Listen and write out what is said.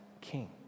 King